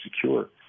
secure